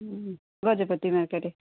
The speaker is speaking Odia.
ଗଜପତି ମାର୍କେଟ୍